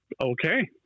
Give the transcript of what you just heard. Okay